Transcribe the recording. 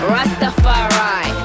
Rastafari